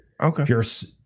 Okay